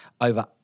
Over